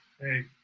Hey